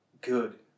good